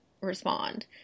respond